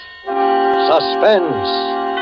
Suspense